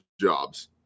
jobs